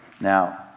Now